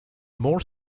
more